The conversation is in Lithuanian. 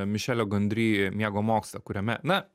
mišelio gondry miego mokslą kuriame na